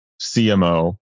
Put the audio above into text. CMO